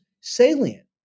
salient